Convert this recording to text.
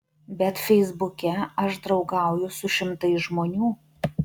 bet feisbuke aš draugauju su šimtais žmonių